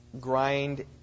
grind